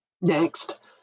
next